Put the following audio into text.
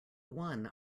one